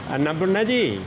ਅੰਨਾਪੂਰਨਾ ਜੀ